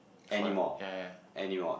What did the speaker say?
what ya ya ya